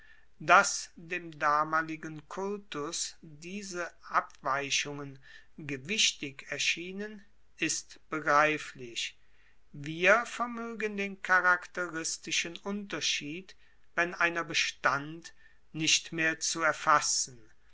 dass dem damaligen kultus diese abweichungen gewichtig erschienen ist begreiflich wir vermoegen den charakteristischen unterschied wenn einer bestand nicht mehr zu erfassen